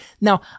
Now